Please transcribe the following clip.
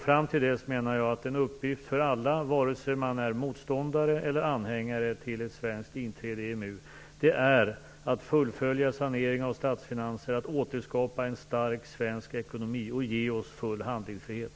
Fram till dess är en uppgift för alla - vare sig man är motståndare eller anhängare till ett svenskt inträde i EMU - att fullfölja saneringen av statsfinanserna, att återskapa en stark svensk ekonomi och att ge oss full handlingsfrihet.